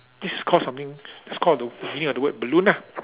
this is called something that's called the meaning of the word balloon ah